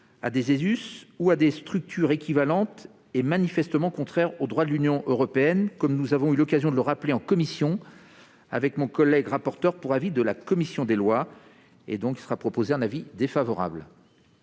(ESUS) ou à des structures équivalentes est manifestement contraire au droit de l'Union européenne. Nous avons eu l'occasion de le rappeler en commission avec le rapporteur pour avis de la commission des lois. La commission émet donc un avis défavorable